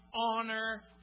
honor